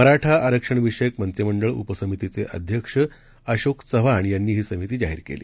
मराठाआरक्षणविषयकमंत्रिमंडळउपसमितीचेअध्यक्षअशोकचव्हाणयांनीहीसमितीजाहीरकेली